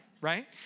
right